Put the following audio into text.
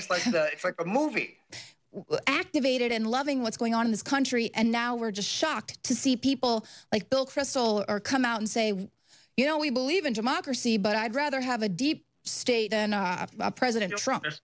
it's like it's like a movie activated and loving what's going on in this country and now we're just shocked to see people like bill kristol are come out and say you know we believe in democracy but i'd rather have a deep state than president